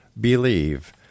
believe